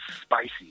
spicy